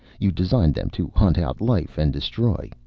you designed them to hunt out life and destroy.